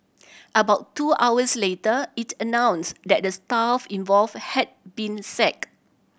about two hours later it announced that the staff involved had been sacked